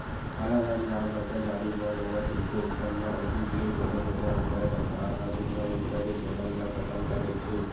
कालाधन या भस्टाचारी बड़ होवत दिखथे अइसन म उदुप ले कोनो बेरा होवय सरकार ह जुन्ना मुद्रा के चलन ल खतम कर देथे